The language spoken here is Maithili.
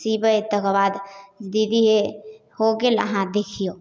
सिबै तकर बाद दीदी हे हो गेल अहाँ देखिऔ